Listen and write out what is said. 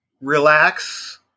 relax